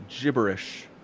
gibberish